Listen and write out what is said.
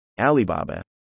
Alibaba